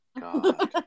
god